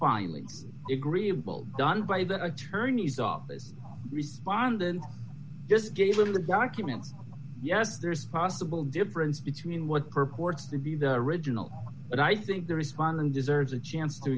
finally agreeable done by the attorney's office respondent just gave him a document yes there's a possible difference between what purports to be the original and i think the respondent deserves a chance to